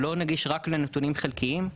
שלא נגיש רק לנתונים חלקיים,